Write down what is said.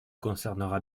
concernera